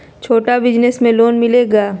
छोटा बिजनस में लोन मिलेगा?